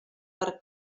per